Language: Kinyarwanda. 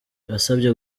yasabye